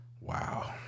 Wow